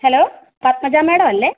hello Padmaja മാഡമല്ലേ